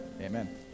Amen